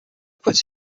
quits